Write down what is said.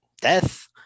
death